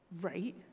Right